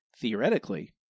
theoretically